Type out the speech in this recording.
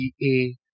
DA